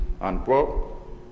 unquote